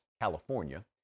California